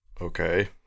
Okay